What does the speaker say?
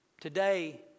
Today